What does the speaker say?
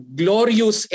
glorious